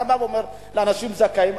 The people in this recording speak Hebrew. אתה בא ואומר לאנשים זכאים,